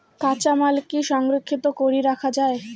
কাঁচামাল কি সংরক্ষিত করি রাখা যায়?